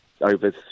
over